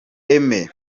aime